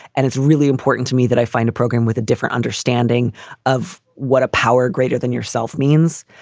and it's really important to me that i find a program with a different understanding of what a power greater than yourself means.